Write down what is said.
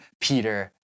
Peter